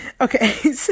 Okay